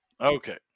okay